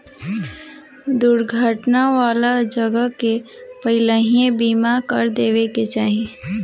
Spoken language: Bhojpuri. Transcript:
दुर्घटना वाला जगह के पहिलही बीमा कर देवे के चाही